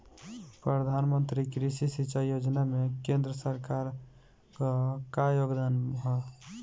प्रधानमंत्री कृषि सिंचाई योजना में केंद्र सरकार क का योगदान ह?